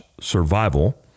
survival